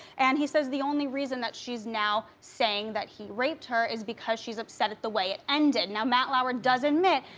and he says the only reason that she's now saying that he raped her is because she's upset at the way it ended. now, matt lauer does admit.